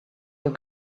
your